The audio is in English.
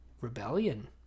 rebellion